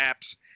apps